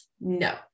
No